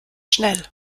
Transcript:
schnell